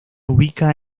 ubica